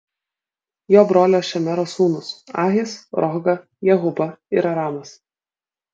jo brolio šemero sūnūs ahis rohga jehuba ir aramas